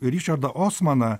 ričardą osmaną